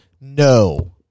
No